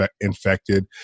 infected